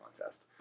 contest